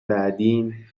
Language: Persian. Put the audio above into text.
بعدیم